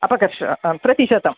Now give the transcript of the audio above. अपकर्षः अ प्रतिशतं